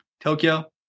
Tokyo